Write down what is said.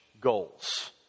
goals